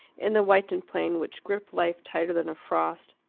in the whitened plain which gripped life tighter than a frost,